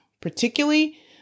particularly